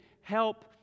help